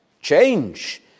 change